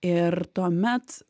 ir tuomet